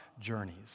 journeys